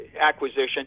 acquisition